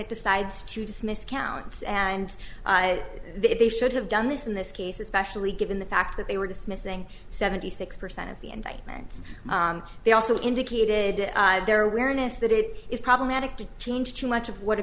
it decides to dismiss counts and they should have done this in this case especially given the fact that they were dismissing seventy six percent of the indictments they also indicated their weariness that it is problematic to change too much of what a